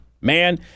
Man